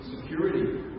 security